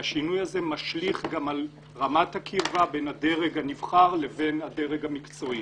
והשינוי הזה משליך גם על רמת הקרבה בין הדרג הנבחר לבין הדרג המקצועי.